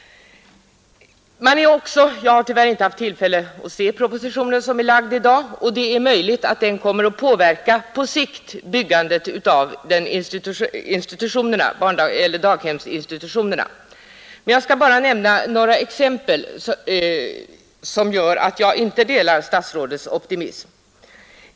Jag har tyvärr inte haft tillfälle att se den proposition som har lagts fram i dag, och det är möjligt att den på sikt kommer att påverka byggandet av daghemsinstitutioner. Men jag kan nämna några exempel som gör att jag inte delar statsrådets optimism.